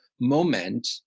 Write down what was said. moment